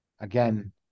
again